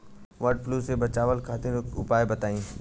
वड फ्लू से बचाव खातिर उपाय बताई?